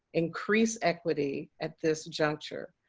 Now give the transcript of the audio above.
increase equity at this juncture.